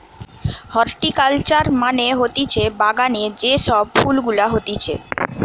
horticulture মানে হতিছে বাগানে যে সব ফুল গুলা হতিছে